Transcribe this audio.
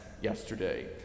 yesterday